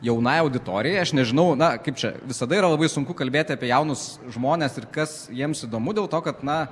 jaunai auditorijai aš nežinau na kaip čia visada yra labai sunku kalbėti apie jaunus žmones ir kas jiems įdomu dėl to kad na